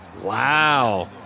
Wow